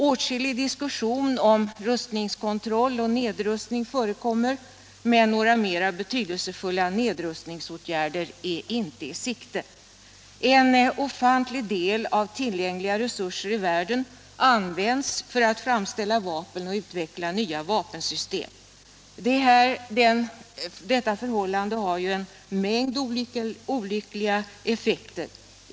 Åtskilliga diskussioner om rustningskontroll och nedrustning förekommer, men några mera betydelsefulla nedrustningsåtgärder är inte i sikte. En ofantlig del av tillgängliga resurser i världen används för att framställa vapen och utveckla nya vapensystem. Detta förhållande har en mängd olyckliga effekter.